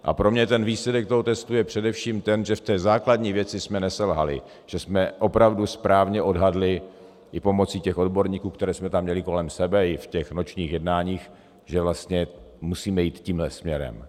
A pro mě ten výsledek toho testu je především ten, že v té základní věci jsme neselhali, že jsme opravdu správně odhadli i pomocí těch odborníků, které jsme tam měli kolem sebe, i v těch nočních jednáních, že vlastně musíme jít tímhle směrem.